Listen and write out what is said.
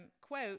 quote